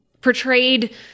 portrayed